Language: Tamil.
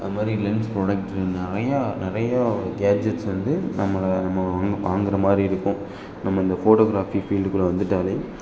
அது மாதிரி லென்ஸ் ப்ரொடக்ட்ரு நிறையா நிறையா கேஜெட்ஸ் வந்து நம்மளை நம்ம வாங்க வாங்குகிற மாதிரி இருக்கும் நம்ம இந்த ஃபோட்டோக்ராஃபி ஃபீல்டுக்குள்ளே வந்துவிட்டாலே